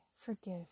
forgive